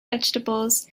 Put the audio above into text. vegetables